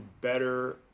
better